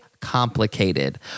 complicated